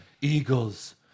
Eagles